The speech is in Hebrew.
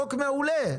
חוק מעולה.